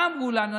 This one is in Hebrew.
מה אמרנו לנו?